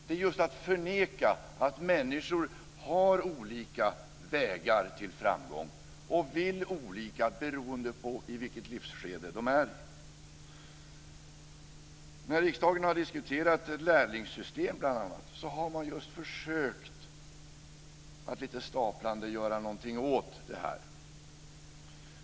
Det är just att förneka att människor har olika vägar till framgång och vill olika beroende på i vilket livsskede de är. När riksdagen har diskuterat lärlingssystem, bl.a., har man just försökt att lite stapplande göra någonting åt detta.